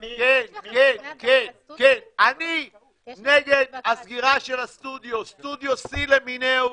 אני נגד הסגירה של הסטודיו, סטודיו C למינהו,